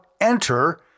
enter